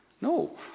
No